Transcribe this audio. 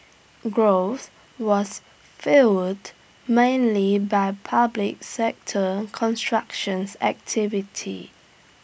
growth was fuelled mainly by public sector constructions activity